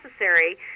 necessary